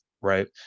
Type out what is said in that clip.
right